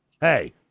Hey